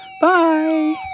bye